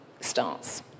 starts